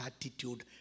attitude